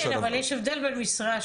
אבל יש הבדל בין משרות